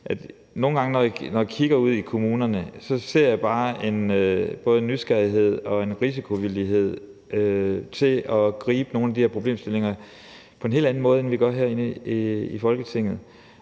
nogle gange kigger ud i kommunerne, ser jeg bare både en nysgerrighed og en risikovillighed til at gribe nogle af de her problemstillinger på en helt anden måde, end vi gør herinde i Folketinget.